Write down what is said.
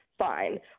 fine